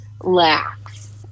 lax